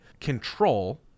control